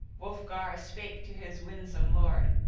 wulfgar spake to his winsome lord